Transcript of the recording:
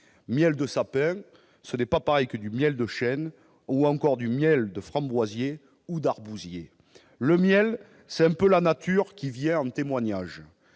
miel de sapin, ce n'est pas pareil que le miel de chêne ou le miel de framboisier ou d'arbousier. Le miel, c'est un peu la nature qui vient en témoignage.